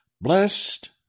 blessed